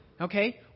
okay